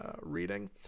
reading